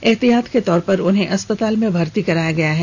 एहतियात के तौर पर उन्हें अस्पताल में भर्ती कराया गया है